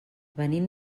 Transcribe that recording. venim